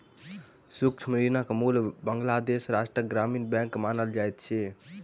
सूक्ष्म ऋणक मूल बांग्लादेश राष्ट्रक ग्रामीण बैंक मानल जाइत अछि